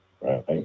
right